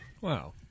wow